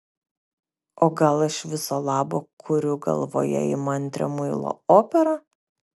o gal aš viso labo kuriu galvoje įmantrią muilo operą